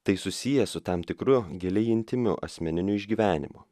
tai susiję su tam tikru giliai intymiu asmeniniu išgyvenimu